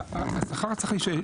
השכר צריך,